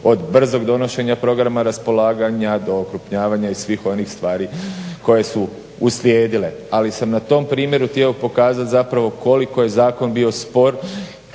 od brzog donošenja programa raspolaganja do okrupnjavanja i svih onih stvari koje su uslijedile. Ali sam na tom primjeru htio pokazati zapravo koliko je zakon bio spor